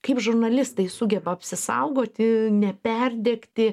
kaip žurnalistai sugeba apsisaugoti neperdegti